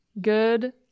good